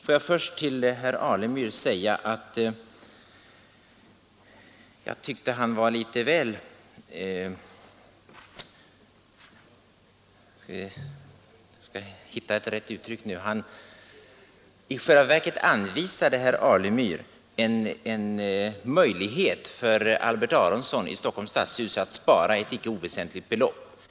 Låt mig först till herr Alemyr säga att jag tyckte att han i själva verket anvisade en möjlighet för Albert Aronson i Stockholms stadshus att spara ett icke oväsentligt belopp.